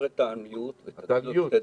בבקשה.